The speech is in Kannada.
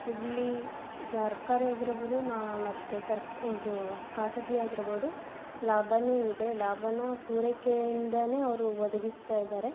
ಇಲ್ಲಿ ಸರ್ಕಾರಿ ಆಗಿರ್ಬೌದು ಮತ್ತು ಸರ್ಕ್ ಇದು ಖಾಸಗಿ ಆಗಿರ್ಬೌದು ಲಾಭನೇ ಇದೆ ಲಾಭನ ಪೂರೈಕೆಯಿಂದಾನೆೇ ಅವರು ಒದಗಿಸ್ತಾ ಇದ್ದಾರೆ